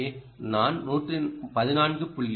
எனவே நான் 14